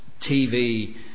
TV